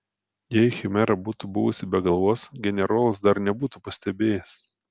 jei chimera būtų buvusi be galvos generolas dar nebūtų pastebėjęs